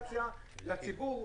כאינדיקציה לציבור.